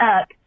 up